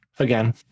Again